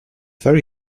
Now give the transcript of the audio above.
very